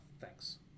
Thanks